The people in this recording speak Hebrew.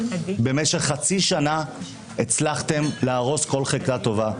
במשך חצי שנה הצלחתם להרוס כל חלקה טובה.